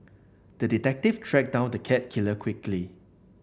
the detective tracked down the cat killer quickly